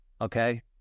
okay